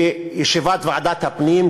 בישיבת ועדת הפנים,